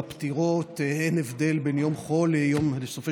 בפטירות אין הבדל בין יום חול לסופי